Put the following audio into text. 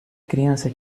criança